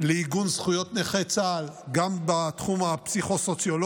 לעיגון זכויות נכי צה"ל גם בתחום הפסיכו-סוציולוגי,